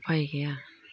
उफाय गैया